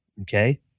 okay